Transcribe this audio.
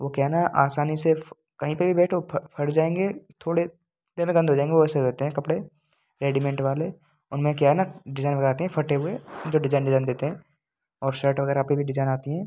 वो क्या है ना आसानी से कहीं पे भी बैठो फट जाएंगे थोड़े देर में गंदे हो जाएंगे वैसे हो जाते हैं कपड़े रेडिमेंट वाले उनमें क्या है ना डिजाइन वगैरह आती हैं फटे हुए जो डिजाइन डिजाइन करते हैं और शर्ट वगैरह पर भी डिजाइन आती है